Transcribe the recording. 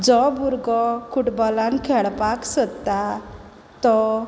जो भुरगो फुटबॉलान खेळपाक सोदता तो